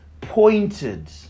pointed